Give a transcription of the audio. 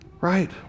right